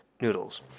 noodles